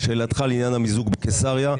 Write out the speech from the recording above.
לשאלתך לעניין המיזוג בקיסריה,